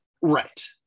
Right